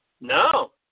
No